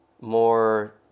more